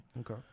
okay